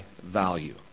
value